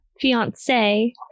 fiance